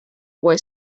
boy